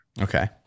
okay